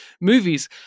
movies